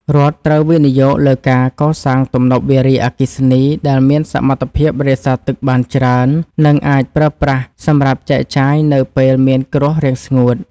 រដ្ឋត្រូវវិនិយោគលើការកសាងទំនប់វារីអគ្គិសនីដែលមានសមត្ថភាពរក្សាទឹកបានច្រើន និងអាចប្រើប្រាស់សម្រាប់ចែកចាយនៅពេលមានគ្រោះរាំងស្ងួត។